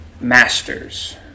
masters